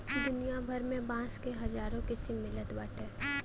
दुनिया भर में बांस क हजारो किसिम मिलत बाटे